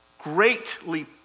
greatly